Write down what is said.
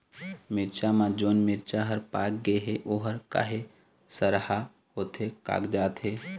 मिरचा म जोन मिरचा हर पाक गे हे ओहर काहे सरहा होथे कागजात हे?